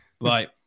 Right